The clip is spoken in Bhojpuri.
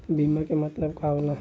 बीमा के मतलब का होला?